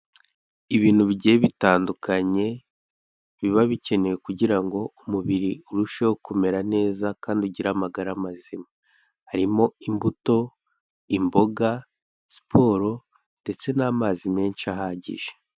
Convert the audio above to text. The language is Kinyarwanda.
Ibintu bigiye bitandukanye, biba bikenewe kugira ngo umubiri urusheho kumera neza kandi ugire amagara mazima, harimo imbuto, imboga, siporo ndetse n'amazi menshi ahagije.